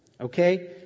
Okay